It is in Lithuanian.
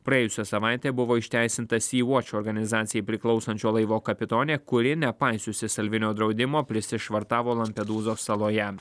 praėjusią savaitę buvo išteisinta sy vuoč organizacijai priklausančio laivo kapitonė kuri nepaisiusi salvinio draudimo prisišvartavo lampedūzos saloje